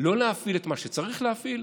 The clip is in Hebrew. לא להפעיל את מה שצריך להפעיל,